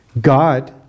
God